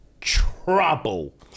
trouble